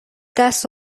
دست